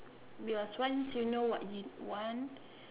yes once you know what you want